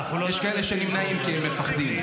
יש כאלה שהם נמנעים, כי הם מפחדים.